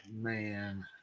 Man